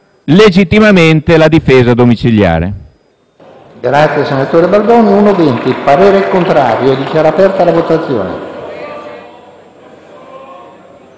legittimamente la difesa domiciliare.